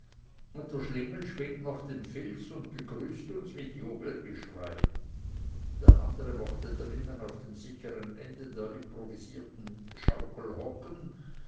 und der schlingel schwingt noch den filz und begrüßt uns mit jubelgeschrei der andere mochte drinnen auf dem sicheren ende der improvisierten schaukel hocken